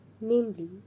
namely